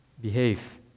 behave